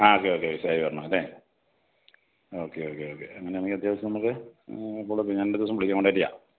ആ okay okay പൈസ ആയി വരണമല്ലേ ഓക്കെ ഓക്കെ ഓക്കെ അങ്ങനെയാണെങ്കിൽ അത്യാവശ്യം നമുക്ക് ഫോളോ അപ്പ് ചെയ്യാം ഞാനൊരു ദിവസം വിളിക്കാം കോൺടാക്ട് ചെയ്യാം